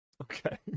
Okay